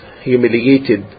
humiliated